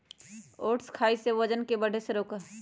oats खाई से वजन के बढ़े से रोका हई